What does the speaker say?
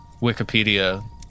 Wikipedia